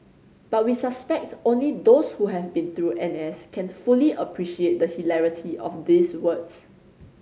but we suspect only those who have been through N S can fully appreciate the hilarity of these words